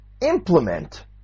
implement